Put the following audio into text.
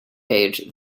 page